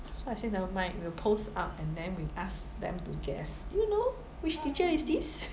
so I say nevermind we'll post up and then we ask them to guess do you know which teacher is this